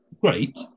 great